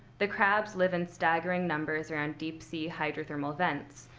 the crabs live in staggering numbers around deep-sea hydrothermal vents,